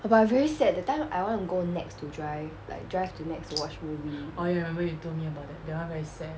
ah but I very sad that time I want to go NEX to drive like drive to NEX to watch movie